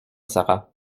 sara